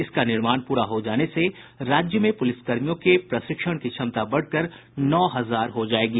इसका निर्माण पूरा हो जाने से राज्य में पुलिस कर्मियों के प्रशिक्षण की क्षमता बढ़ कर नौ हजार हो जायेगी